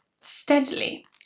steadily